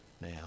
now